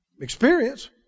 experience